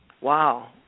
Wow